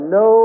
no